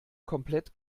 komplett